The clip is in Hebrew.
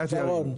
בבקשה שרון.